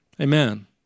Amen